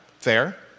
Fair